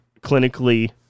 clinically